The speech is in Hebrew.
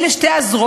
אלה שתי הזרועות,